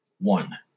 one